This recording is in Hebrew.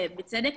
ובצדק,